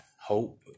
hope